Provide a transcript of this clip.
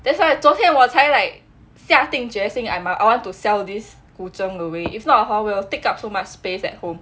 that's why 昨天我 like 下定决心 I want to sell this 古筝 away if not hor will take up so much space at home